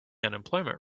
unemployment